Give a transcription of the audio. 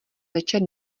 večer